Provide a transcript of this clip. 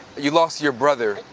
you lost your brother.